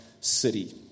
city